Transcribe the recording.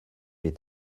est